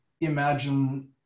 imagine